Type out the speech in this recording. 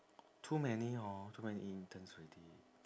too many hor too many interns already